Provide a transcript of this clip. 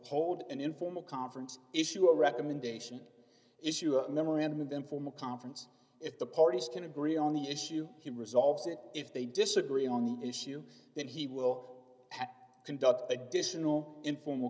hold an informal conference issue a recommendation issue a memorandum of informal conference if the parties can agree on the issue he resolves it if they disagree on the issue that he will conduct additional informal